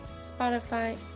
Spotify